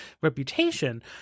reputation